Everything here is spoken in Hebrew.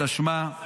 התשמ"ה.